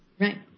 right